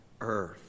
earth